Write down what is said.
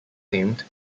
named